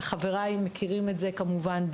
חבריי מכירים את זה כמובן,